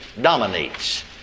dominates